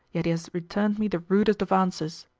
yet he has returned me the rudest of answers.